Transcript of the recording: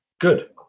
Good